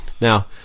Now